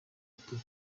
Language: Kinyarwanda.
ati